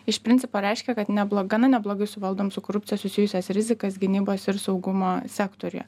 iš principo reiškia kad nebloga na neblogai suvaldom su korupcija susijusias rizikas gynybos ir saugumo sektoriuje